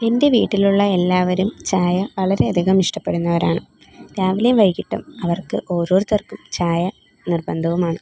എൻ്റെ വീട്ടിലുള്ള എല്ലാവരും ചായ വളരെയധികം ഇഷ്ടപ്പെടുന്നവരാണ് രാവിലെയും വൈകിട്ടും അവർക്ക് ഓരോരുത്തർക്കും ചായ നിർബന്ധവുമാണ്